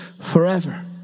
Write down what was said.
forever